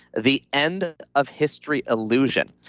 the end of history illusion.